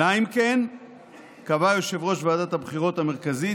אלא אם כן קבע יושב-ראש ועדת הבחירות המרכזית,